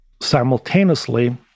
simultaneously